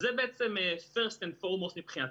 זה בעצם first and foremost מבחינתנו.